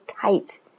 tight